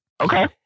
Okay